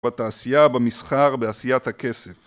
בתעשייה, במסחר, בעשיית הכסף